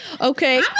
Okay